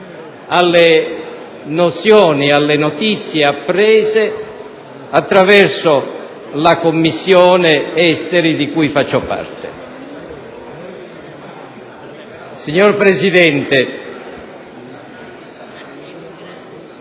alle nozioni e notizie apprese attraverso la Commissione esteri, di cui faccio parte. *(Brusìo).*